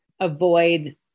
avoid